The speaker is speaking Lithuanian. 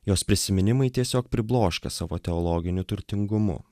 jos prisiminimai tiesiog pribloškia savo teologiniu turtingumu